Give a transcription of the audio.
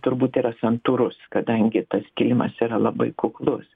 turbūt yra santūrus kadangi tas kilimas yra labai kuklus